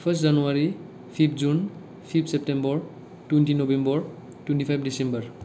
first January fifth June fifth September twenty November twenty five December